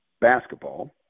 basketball